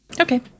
okay